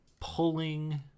pulling